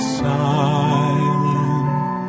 silent